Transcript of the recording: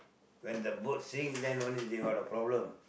when the boat sink then only they got a problem